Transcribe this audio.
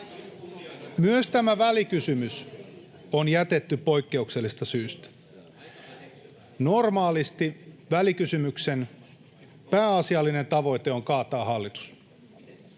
Myös tämä välikysymys on jätetty poikkeuksellisesta syystä. Normaalisti välikysymyksen pääasiallinen tavoite on kaataa hallitus.